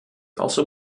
also